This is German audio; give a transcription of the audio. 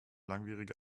langwierige